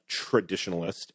traditionalist